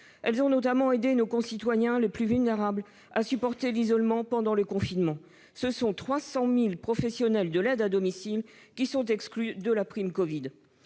Elles ont notamment aidé nos concitoyens les plus vulnérables à supporter l'isolement pendant le confinement. Ce sont ainsi 300 000 professionnels de l'aide à domicile qui sont exclus du bénéfice de